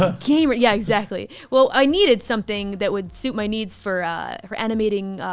ah gamer yeah, exactly. well, i needed something that would suit my needs for ah for animating,